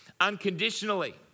unconditionally